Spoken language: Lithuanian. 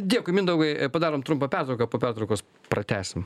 dėkui mindaugai padarom trumpą pertrauką po pertraukos pratęsim